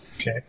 Okay